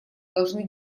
должны